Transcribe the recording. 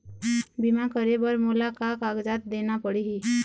बीमा करे बर मोला का कागजात देना पड़ही?